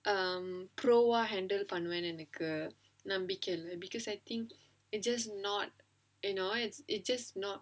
um professional வா:vaa handle பண்ணுவேன்னு எனக்கு நம்பிக்கை இல்ல:pannuvaennu enakku nambikkai illa because I think it just not you know it just not